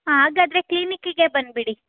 ಹಾಂ ಹಾಗಿದ್ರೆ ಕ್ಲಿನಿಕ್ಕಿಗೆ ಬಂದುಬಿಡಿ